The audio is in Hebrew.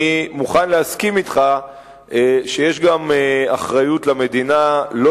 אני מוכן להסכים אתך שיש גם אחריות למדינה לא